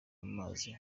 amazi